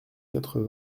quatre